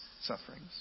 sufferings